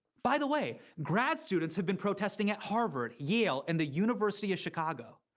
by the way, grad students have been protesting at harvard, yale, and the university of chicago.